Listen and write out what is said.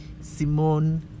Simone